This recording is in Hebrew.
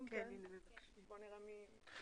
ואנחנו בעצם דנים רק בהארכת תוקפו,